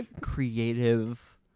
creative